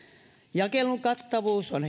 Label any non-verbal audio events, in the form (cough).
jakelun kattavuus on (unintelligible)